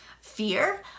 fear